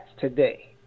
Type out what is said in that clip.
today